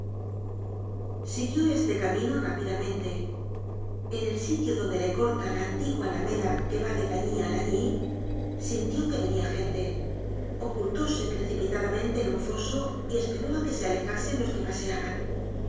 siguió este camino rápidamente en el sitio donde le corta la antigua alameda que va de gagny á lagny sintió que venia gente ocultóse precipitadamente en un foso y esperó á que se alejasen los que pasaban